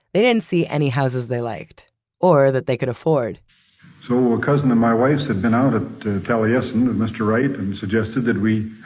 they didn't see any houses they liked or that they could afford so a cousin of my wife's had been out at taliesin with mr. wright, and suggested that we